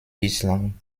bislang